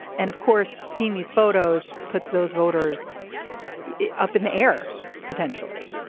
and of course seeing these photos puts those voters up in the air potentially.